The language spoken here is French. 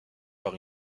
par